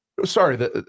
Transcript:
Sorry